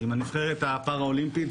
עם הנבחרת הפראולימפית,